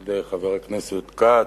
על-ידי חבר הכנסת כץ.